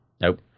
Nope